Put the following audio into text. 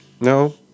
No